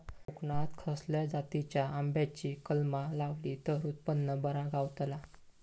कोकणात खसल्या जातीच्या आंब्याची कलमा लायली तर उत्पन बरा गावताला?